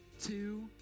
Two